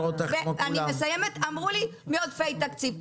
אמרו לי מעודפי תקציב,